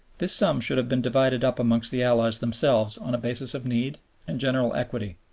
this sum should have been divided up amongst the allies themselves on a basis of need and general equity.